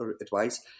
advice